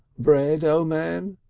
bread, o' man?